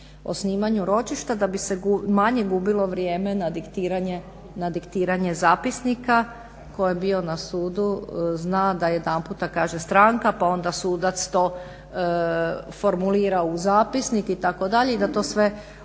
o snimanju ročišta da bi se manje gubilo vrijeme na diktiranje zapisnika. Tko je bio na sudu zna da jedanputa kaže stranka pa onda sudac to formulira u zapisnik itd., i da to sve